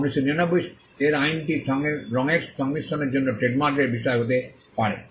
তবে 1999 এর আইনটি রঙের সংমিশ্রণের জন্য ট্রেডমার্কের বিষয় হতে পারে